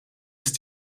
ist